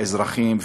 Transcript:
האזרחים,